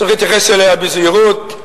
צריך להתייחס אליה בזהירות,